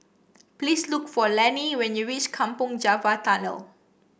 please look for Lani when you reach Kampong Java Tunnel